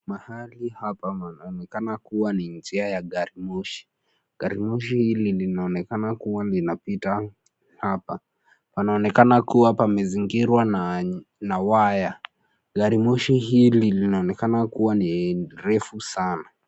Mahali hapa panaonekana kuwa ni njia ya gari moshi. Gari moshi hili linaonekana kuwa linapita hapa. Panaonekana kuwa pamezingirwa na waya. Gari moshi hili linaonekana kuwa ni refu sana.